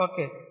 Okay